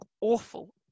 awful